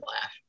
laugh